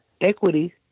Equity